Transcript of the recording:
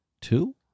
two